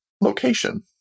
location